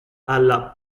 alla